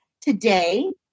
today